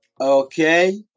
Okay